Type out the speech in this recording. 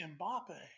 Mbappe